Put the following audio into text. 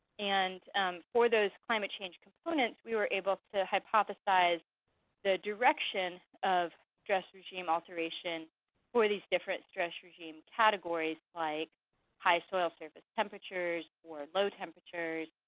and for those climate change components, we were able to hypothesize the direction of stress regime alteration for these different stress regime categories like high soil surface temperatures or low temperatures,